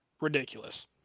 ridiculous